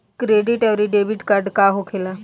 Credit आउरी debit card का होखेला?